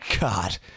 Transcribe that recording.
God